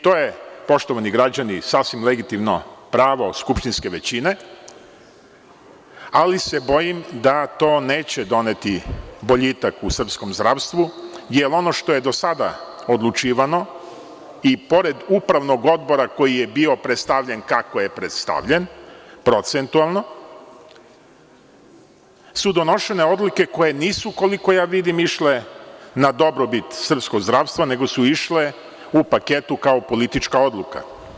To je, poštovani građani, sasvim legitimno pravo skupštinske većine, ali se bojim da to neće doneti boljitak u srpskom zdravstvu jer ono što je do sada odlučivano i pored upravnog odbora koji je bio predstavljen kako je predstavljen, procentualno, su donošene odluke koje nisu, koliko vidim, išle na dobrobit srpskog zdravstva, nego su išle u paketu kao politička odluka.